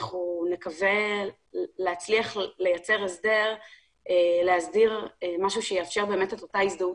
אנחנו נקווה להצליח לייצר הסדר ולהסדיר משהו שיאפשר את אותה הזדהות